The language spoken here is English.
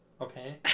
Okay